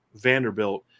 Vanderbilt